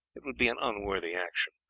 it would be an unworthy action.